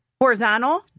horizontal